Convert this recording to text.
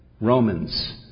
Romans